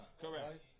Correct